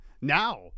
Now